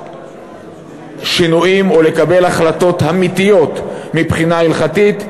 שינויים או לקבל החלטות אמיתיות מבחינה הלכתית,